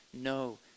no